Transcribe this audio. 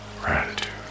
gratitude